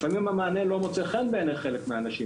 לפעמים המענה לא מוצא חן בעיני חלק מהאנשים,